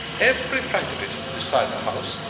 every franc of it, besides the house!